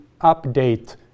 update